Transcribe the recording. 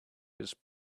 his